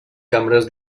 cambres